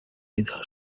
بیدار